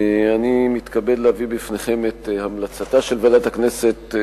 אני מתכבד להביא בפניכם את המלצתה של ועדת הכנסת,